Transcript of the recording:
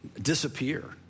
disappear